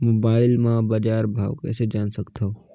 Mobile म बजार भाव कइसे जान सकथव?